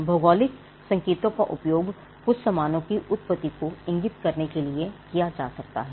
भौगोलिक संकेतों का उपयोग कुछ सामानों की उत्पत्ति को इंगित करने के लिए किया जा सकता है